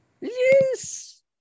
Yes